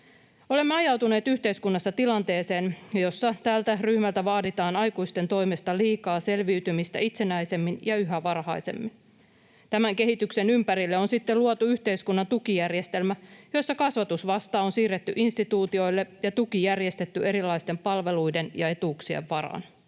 Olemme ajautuneet yhteiskunnassa tilanteeseen, jossa tältä ryhmältä vaaditaan aikuisten toimesta liikaa selviytymistä itsenäisemmin ja yhä varhaisemmin. Tämän kehityksen ympärille on sitten luotu yhteiskunnan tukijärjestelmä, jossa kasvatusvastuu on siirretty instituutioille ja tuki järjestetty erilaisten palveluiden ja etuuksien varaan.